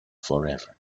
forever